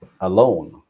alone